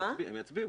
הם יצביעו.